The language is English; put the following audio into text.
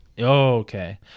Okay